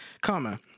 Comma